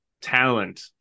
talent